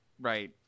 Right